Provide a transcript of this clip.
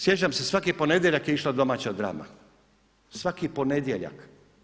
Sjećam se svaki ponedjeljak je išla domaća drama, svaki ponedjeljak.